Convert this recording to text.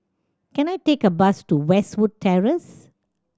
can I take a bus to Westwood Terrace